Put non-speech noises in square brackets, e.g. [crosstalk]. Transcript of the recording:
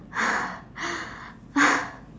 [noise]